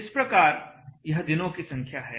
इस प्रकार यह दिनों की संख्या है